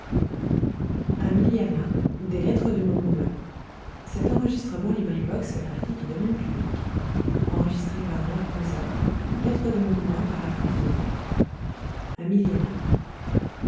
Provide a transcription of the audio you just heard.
propos lettres de mon moulin à propos lettres de mon moulin